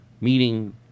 meaning